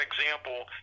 example